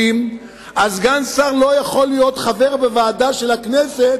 אז סגן שר לא יכול להיות חבר בוועדה של הכנסת